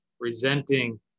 resenting